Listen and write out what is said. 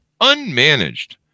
unmanaged